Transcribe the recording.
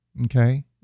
okay